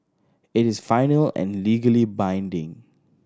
it is final and legally binding